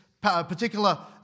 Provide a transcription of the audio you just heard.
particular